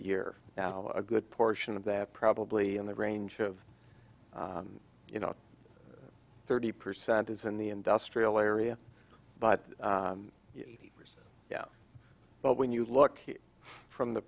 year now a good portion of that probably in the range of you know thirty percent is in the industrial area but yeah but when you look from the